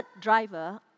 driver